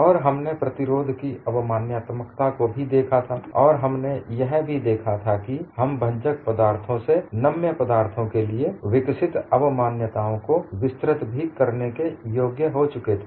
और हमने प्रतिरोध की अवमान्यतात्मकता को भी देखा था और हमने यह भी देखा था कि हम भंजक पदार्थों से नम्य पदार्थों के लिए विकसित अवमान्यताओं को विस्तृत भी करने के योग्य हो चुके थे